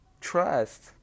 trust